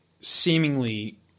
seemingly